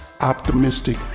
optimistic